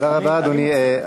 תודה רבה, אדוני.